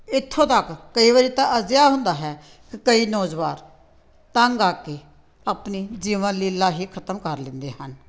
ਇੱਥੋਂ ਤੱਕ ਕਈ ਵਾਰੀ ਤਾਂ ਅਜਿਹਾ ਹੁੰਦਾ ਹੈ ਕਈ ਨੌਜਵਾਨ ਤੰਗ ਆ ਕੇ ਆਪਣੀ ਜੀਵਨ ਲੀਲਾ ਹੀ ਖਤਮ ਕਰ ਲੈਂਦੇ ਹਨ